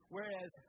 Whereas